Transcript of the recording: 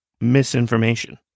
misinformation